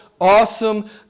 awesome